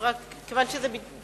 אז רק, כיוון שזה פשוט